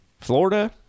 Florida